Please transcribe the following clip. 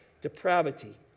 depravity